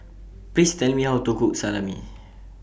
Please Tell Me How to Cook Salami